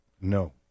no